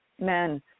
men